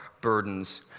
burdens